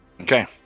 Okay